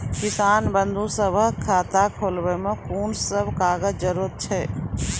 किसान बंधु सभहक खाता खोलाबै मे कून सभ कागजक जरूरत छै?